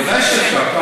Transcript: ודאי שאפשר.